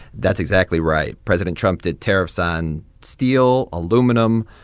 that's exactly right. president trump did tariffs on steel, aluminum,